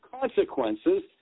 consequences